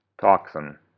toxin